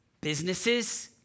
businesses